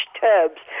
tubs